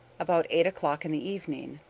about eight o'clock in the evening,